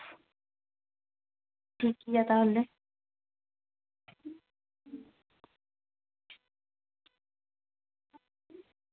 ᱴᱷᱤᱠᱜᱮᱭᱟ ᱛᱟᱦᱞᱮ